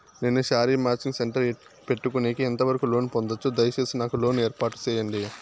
నేను sari matching centre పెట్టుకునేకి ఎంత వరకు లోను పొందొచ్చు? దయసేసి నాకు లోను ఏర్పాటు సేయండి?